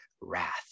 wrath